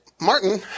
Martin